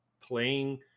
playing